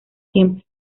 siempre